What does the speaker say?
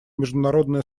международное